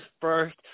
first